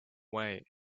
way